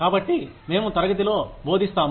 కాబట్టి మేము తరగతిలో బోదిస్తాము